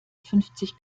fünfzig